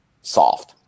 soft